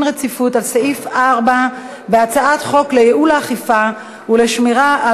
רציפות על סעיף 4 בהצעת חוק לייעול האכיפה ולשמירה על